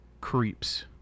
creeps